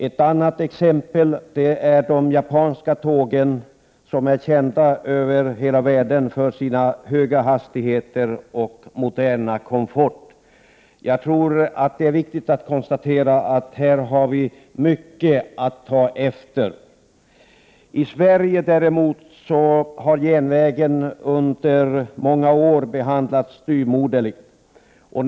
Ett annat exempel utgör de japanska tågen som är kända över hela världen för sina höga hastigheter och sin moderna komfort. Här har vi mycket att ta efter. I Sverige däremot har järnvägen under många år behandlats styvmoderligt.